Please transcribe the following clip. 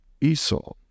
Esau